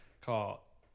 call